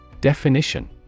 Definition